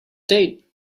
date